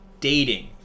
dating